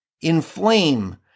inflame